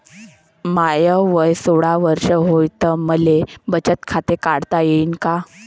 माय वय सोळा वर्ष हाय त मले बचत खात काढता येईन का?